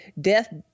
death